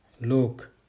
Look